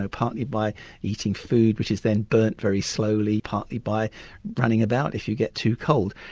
ah partly by eating food which is then burned very slowly, partly by running about if you get too cold,